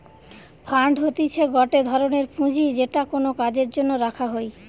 fund হতিছে গটে ধরনের পুঁজি যেটা কোনো কাজের জন্য রাখা হই